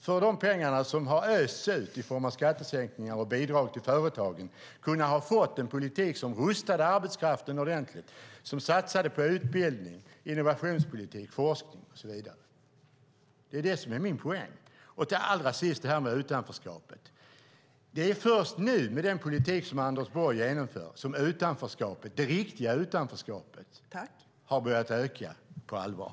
För de pengar som har östs ut i form av skattesänkningar och bidrag till företagen skulle vi i stället ha kunnat få en politik som rustar arbetskraften ordentligt, som satsar på utbildning, innovationspolitik, forskning och så vidare. Allra sist ska jag ta upp utanförskapet. Det är först nu, med den politik som Anders Borg genomför, som det riktiga utanförskapet har börjat öka på allvar.